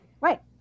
right